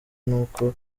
n’uko